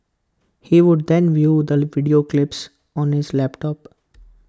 he would then view the video clips on his laptop